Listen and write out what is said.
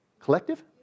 Collective